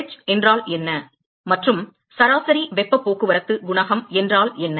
h என்றால் என்ன மற்றும் சராசரி வெப்ப போக்குவரத்து ஏற்ற குணகம் என்றால் என்ன